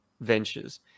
ventures